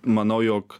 manau jog